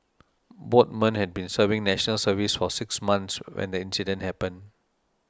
both men had been serving National Service for six months when the incident happened